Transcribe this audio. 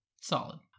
Solid